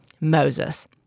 Moses